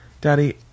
daddy